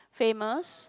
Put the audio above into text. famous